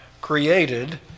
created